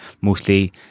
mostly